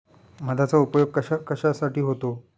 मधाचा उपयोग कशाकशासाठी होतो?